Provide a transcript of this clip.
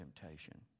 temptation